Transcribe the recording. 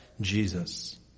Jesus